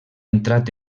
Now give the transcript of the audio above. entrat